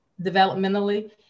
Developmentally